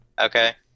Okay